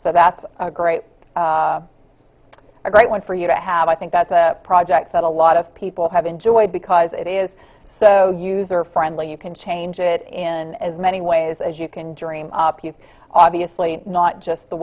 so that's a great a great one for you to have i think that's a project that a lot of people have enjoyed because it is so user friendly you can change it in as many ways as you can dream up you obviously not just the